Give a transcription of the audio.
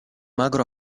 magro